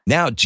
Now